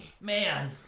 man